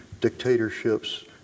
dictatorships